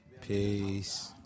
Peace